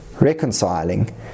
reconciling